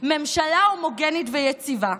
ממשלה הומוגנית ויציבה,